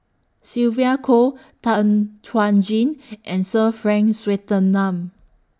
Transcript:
Sylvia Kho Tan Chuan Jin and Sir Frank Swettenham